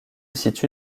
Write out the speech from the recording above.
situe